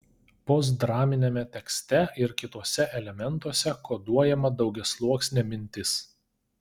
postdraminiame tekste ir kituose elementuose koduojama daugiasluoksnė mintis